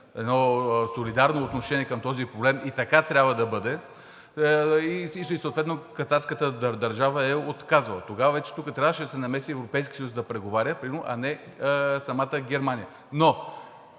едно солидарно отношение към този проблем и така трябва да бъде, и съответно катарската държава е отказала. Тогава вече тук трябваше да се намеси Европейският съюз, да преговаря примерно, а не самата Германия, но